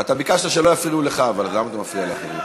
אתה ביקשת שלא יפריעו לך אז למה אתה מפריע לאחרים?